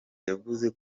yavuze